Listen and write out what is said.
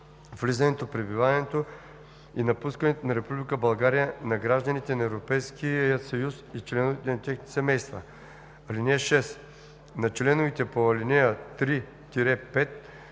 влизането, пребиваването и напускането на Република България на гражданите на Европейския съюз и членовете на техните семейства. (6) На лицата по ал. 3